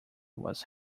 was